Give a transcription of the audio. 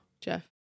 Jeff